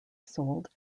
sold